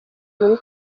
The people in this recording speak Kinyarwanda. muri